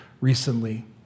recently